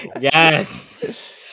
Yes